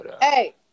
Hey